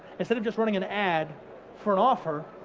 instead of just running an ad for an offer,